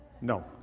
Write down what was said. no